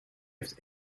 heeft